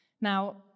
Now